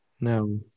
No